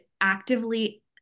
actively